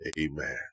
Amen